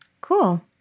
Cool